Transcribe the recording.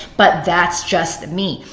but that's just me.